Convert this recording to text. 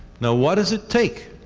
now, what does it take